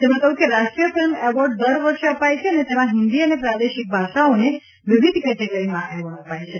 તેમણે કહ્યું કે રાષ્ટ્રીય ફિલ્મ એવોર્ડ દર વર્ષે અપાય છે અને તેમાં ફિન્દી અને પ્રાદેશિક ભાષાઓને વિવિધ કેટેગરીમાં એવોર્ડ અપાય છે